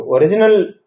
original